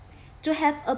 to have a